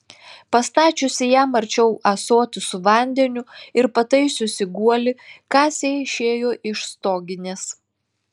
pastačiusi jam arčiau ąsotį su vandeniu ir pataisiusi guolį kasė išėjo iš stoginės